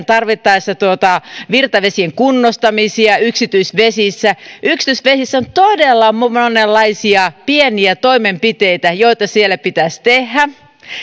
tarvittaessa tehdään virtavesien kunnostamisia yksityisvesissä yksityisvesissä on todella monenlaisia pieniä toimenpiteitä joita siellä pitäisi tehdä